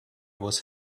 was